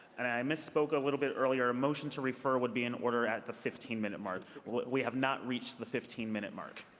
and i misspoke a little bit earlier. a motion to refer would be in order at the fifteen minute mark. we have not reached the fifteen minute mark.